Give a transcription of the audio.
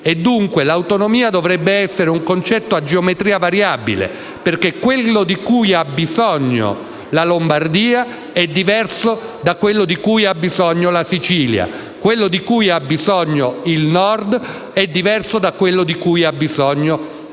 dunque l'autonomia dovrebbe essere un concetto a geometria variabile, perché quello di cui ha bisogno la Lombardia è diverso da quello di cui ha bisogno la Sicilia e quello di cui ha bisogno il Nord è diverso da quello di cui ha bisogno il